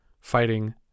fighting